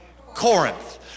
Corinth